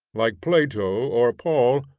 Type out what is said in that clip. like plato or paul,